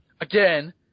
again